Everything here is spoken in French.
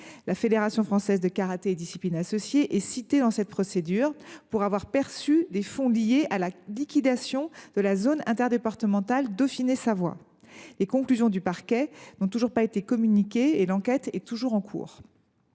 La Fédération française de karaté et disciplines associées est citée dans cette procédure pour avoir perçu des fonds liés à la liquidation de la zone interdépartementale Dauphiné Savoie. Les conclusions du parquet n’ont pas encore été communiquées, l’enquête étant toujours en cours.